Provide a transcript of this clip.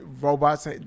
robots